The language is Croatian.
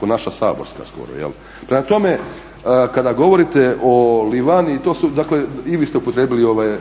ko naša saborska skoro. Prema tome, kada govorite o Livani i vi ste upotrijebili ovaj